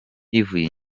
yivuye